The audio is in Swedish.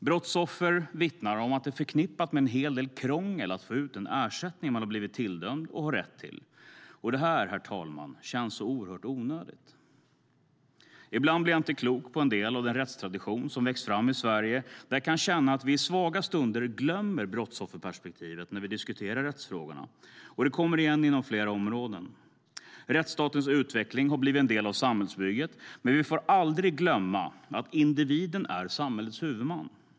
Brottsoffer vittnar om att det är förknippat med en hel del krångel att få ut den ersättning de har blivit tilldömda och har rätt till. Detta, herr talman, känns så oerhört onödigt. Ibland blir jag inte klok på en del av den rättstradition som växt fram i Sverige, där jag kan känna att vi i svaga stunder glömmer brottsofferperspektivet när vi diskuterar rättsfrågorna. Det kommer igen inom flera områden. Rättsstatens utveckling har blivit en del av samhällsbygget, men vi får aldrig glömma att individen är samhällets huvudman.